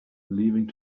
leaving